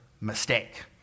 mistake